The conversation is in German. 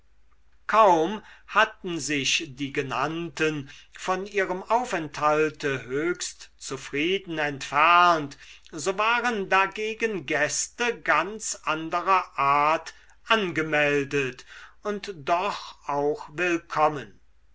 kaum hatten sich die genannten von ihrem aufenthalte höchst zufrieden entfernt so waren dagegen gäste ganz anderer art angemeldet und doch auch willkommen